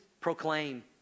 proclaim